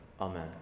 Amen